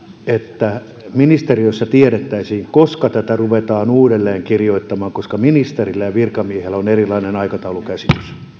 että ministeriössä tiedettäisiin milloin tätä ruvetaan uudelleen kirjoittamaan koska ministerillä ja virkamiehellä on erilainen aikataulukäsitys